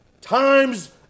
Times